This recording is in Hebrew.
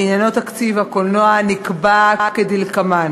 שעניינו תקציב הקולנוע, נקבע כדלקמן: